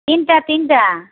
ତିନିଟା ତିନିଟା